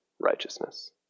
righteousness